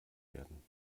werden